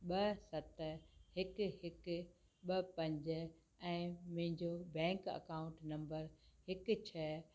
ॿ सत हिकु हिकु ॿ पंज ऐं मुंहिंजो बैंक अकाउंट नंबर हिकु छह